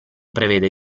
prevede